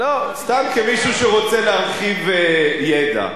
סתם כמישהו שרוצה להרחיב ידע.